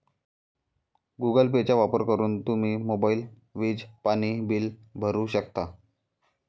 Google पेचा वापर करून तुम्ही मोबाईल, वीज, पाणी बिल भरू शकता